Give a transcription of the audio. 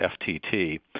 FTT